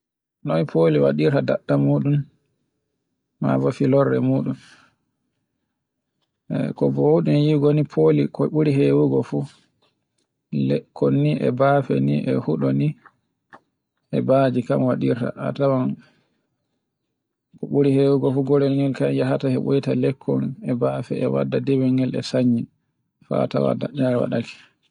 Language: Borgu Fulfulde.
Noy foli waɗirte daɗɗa muɗum, mabo filorde muɗum. Ko bowuɗen yigo no foli ko ɓuri hewugo fu lekkol ni e bafi ni, e huɗo ni, e badi kan waɗirta a tawan e ko ɓuri hewugo fu gorenun kan yahata heɓoyta lekkol e bafe e wadda dimel ngel e sanya fa tawa daɗɗawa tawake.